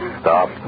Stop